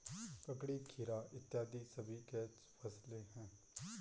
ककड़ी, खीरा इत्यादि सभी कैच फसलें हैं